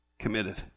committed